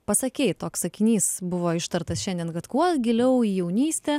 pasakei toks sakinys buvo ištartas šiandien kad kuo giliau į jaunystę